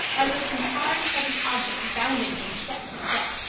as of some hard, heavy object bounding from step to step,